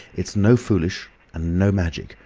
it's no foolishness, and no magic.